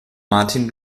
martin